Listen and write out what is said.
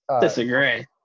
Disagree